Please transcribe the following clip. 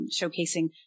showcasing